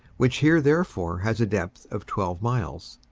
which here therefore has a depth of twelve miles.